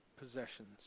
possessions